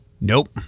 Nope